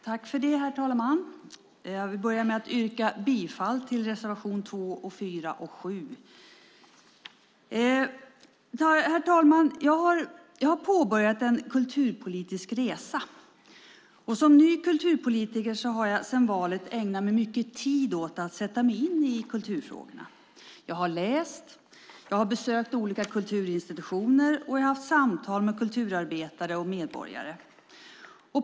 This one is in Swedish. Herr talman! Jag vill börja med att yrka bifall till reservation 2, 4 och 7. Herr talman! Jag har påbörjat en kulturpolitisk resa. Som ny kulturpolitiker har jag sedan valet ägnat mycket tid åt att sätta mig in i kulturfrågorna. Jag har läst, jag har besökt olika kulturinstitutioner och jag har haft samtal med kulturarbetare och medborgare.